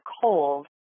cold